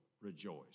rejoice